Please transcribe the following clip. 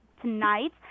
tonight